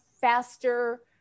faster